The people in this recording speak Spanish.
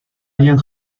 ryan